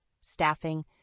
staffing